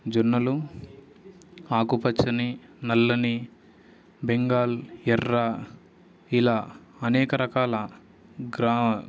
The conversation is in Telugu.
జొన్నలు ఆకుపచ్చని నల్లని బెంగాల్ ఎర్ర ఇలా అనేక రకాల గ్రా